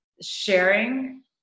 sharing